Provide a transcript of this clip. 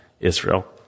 Israel